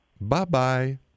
Bye-bye